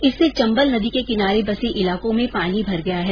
इससे चंबल नदी के किनारे बसे इलाकों में पानी भर गया है